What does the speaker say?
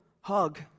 hug